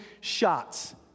shots